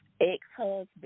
ex-husband